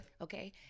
Okay